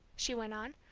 she went on.